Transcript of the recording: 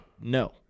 no